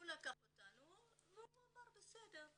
הוא לקח אותנו והוא אמר "בסדר".